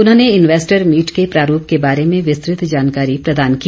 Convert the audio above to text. उन्होंने investor meet के प्रारूप के बारे में विस्तृत जानकारी प्रदान की